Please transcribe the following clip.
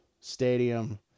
Stadium